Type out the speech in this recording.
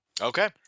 Okay